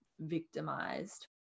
victimized